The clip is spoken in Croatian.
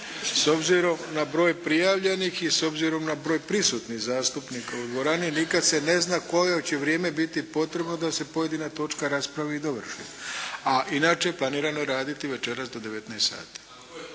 s obzirom na broj prijavljenih i s obzirom na broj prisutnih zastupnika u dvorani, jer nikada se ne zna koje će vrijeme biti potrebno da se pojedina točka raspravi i dovrši, a inače planirano je raditi večeras do 19